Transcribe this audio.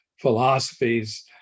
philosophies